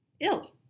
ill